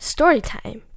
Storytime